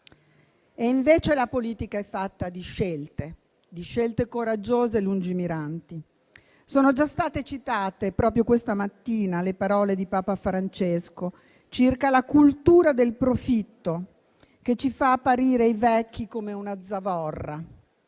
Invece la politica è fatta di scelte, di scelte coraggiose e lungimiranti. Sono già state citate proprio questa mattina le parole di Papa Francesco circa la cultura del profitto che ci fa apparire i vecchi come una zavorra.